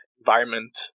environment